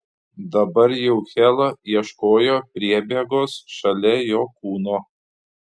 dabar jau hela ieškojo priebėgos šalia jo kūno